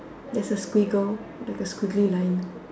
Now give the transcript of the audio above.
there's a squiggle like a squiggly line